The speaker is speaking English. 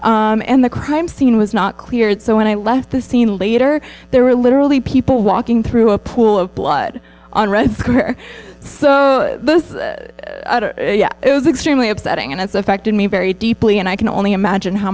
shooter and the crime scene was not cleared so when i left the scene later there were literally people walking through a pool of blood on red square so it was extremely upsetting and it's affected me very deeply and i can only imagine how